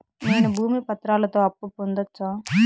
నేను భూమి పత్రాలతో అప్పు పొందొచ్చా?